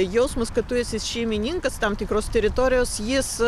jausmas kad tu esi šeimininkas tam tikros teritorijos jis